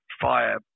fire